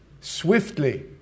swiftly